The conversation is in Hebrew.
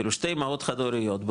כאילו שתי אימהות חד-הוריות,